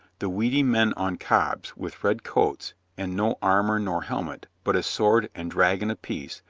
the weedy men on cobs with red coats and no ar mor nor helmet, but a sword and dragon apiece,